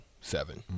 seven